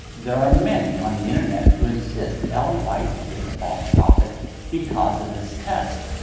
there are many on the internet who insist ellen white is a false prophet because of this test.